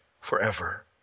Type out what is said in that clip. forever